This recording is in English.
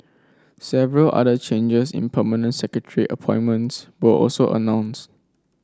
several other changes in permanent secretary appointments were also announced